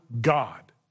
God